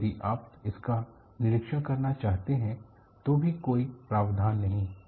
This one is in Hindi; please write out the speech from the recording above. यदि आप इसका निरीक्षण करना चाहते हैं तो भी कोई प्रावधान नहीं है